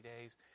days